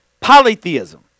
polytheism